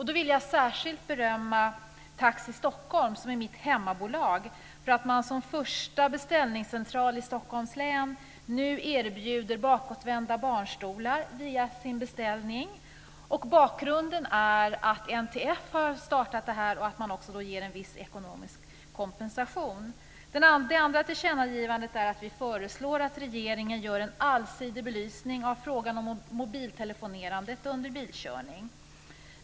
Då vill jag särskilt berömma Taxi Stockholm, som är mitt hemmabolag, för att man som första beställningscentral i Bakgrunden är att NTF har startat det här och att man också ger en viss ekonomisk kompensation. Det andra tillkännagivandet är att vi föreslår att regeringen gör en allsidig belysning av frågan om mobiltelefonerandet under bilkörning.